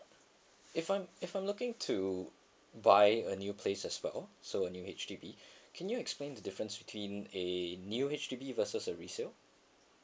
if I'm if I'm looking to buy a new place as well so a new H_D_B can you explain the difference between a new H_D_B versus a resale